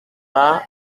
pas